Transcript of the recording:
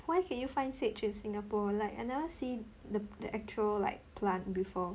where can you find sage in Singapore like I never see the the actual like plant before